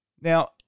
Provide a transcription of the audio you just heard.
Now